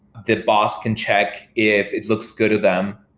the boss can check if it looks good to them,